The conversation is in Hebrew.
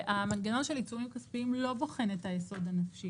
המנגנון של עיצומים כספיים לא בוחן את היסוד הנפשי.